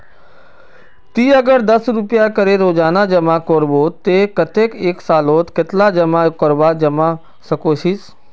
ती अगर दस रुपया करे रोजाना जमा करबो ते कतेक एक सालोत कतेला पैसा जमा करवा सकोहिस?